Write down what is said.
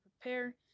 prepare